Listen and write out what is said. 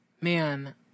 man